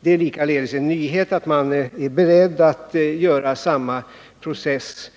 Det är också en nyhet för mig att man är beredd att genomföra samma process